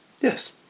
Yes